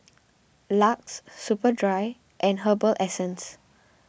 Lux Superdry and Herbal Essences